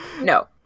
no